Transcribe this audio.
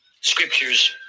scriptures